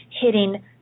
hitting